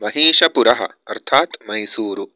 महिषपुरः अर्थात् मैसूरु